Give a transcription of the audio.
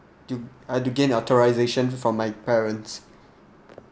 do I've to gain authorisation from my parents